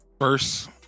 First